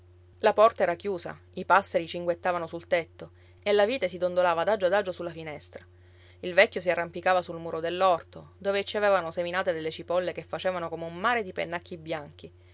la porta era chiusa i passeri cinguettavano sul tetto e la vite si dondolava adagio adagio sulla finestra il vecchio si arrampicava sul muro dell'orto dove ci avevano seminate delle cipolle che facevano come un mare di pennacchi bianchi